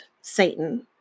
Satan